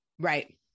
Right